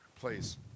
Please